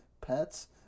pets